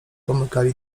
pomykali